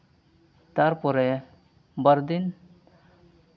ᱛᱟᱨᱯᱚᱨᱮ ᱵᱟᱨᱫᱤᱱ